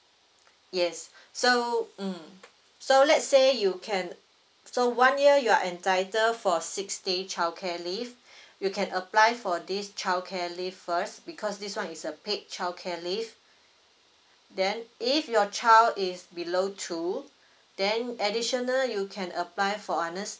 yes so mm so let's say you can so one year you are entitled for six day childcare leave you can apply for this childcare leave first because this one is a paid childcare leave then if your child is below two then additional you can apply for another